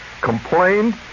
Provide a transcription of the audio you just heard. complained